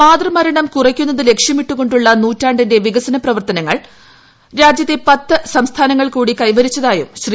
മാതൃമരണം കുറയ്ക്കുന്നത് ലക്ഷ്യമിട്ടുകൊണ്ടുള്ള നൂറ്റാണ്ടിന്റെ വികസനലക്ഷ്യങ്ങൾ രാജ്യത്തെ പത്ത് സംസ്ഥാനങ്ങൾ കൂടി കൈവരിച്ചതായും ശ്രീ